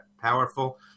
powerful